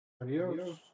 Adios